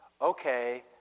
okay